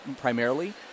primarily